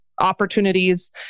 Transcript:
opportunities